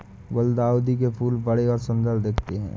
गुलदाउदी के फूल बड़े और सुंदर दिखते है